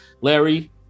Larry